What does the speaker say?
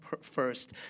first